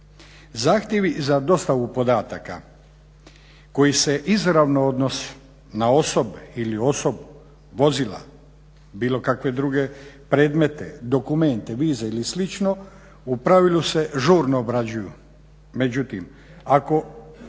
Zahtjevi za dostavu podataka koji se izravno odnose na osobe ili osobu vozila bilo kakve druge predmete, dokumente, vize ili slično u pravilu se žurno obrađuju. Međutim ako